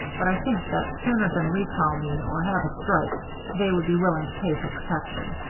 but i think that sooner than recall me or have a strike they would be willing to pay for protection.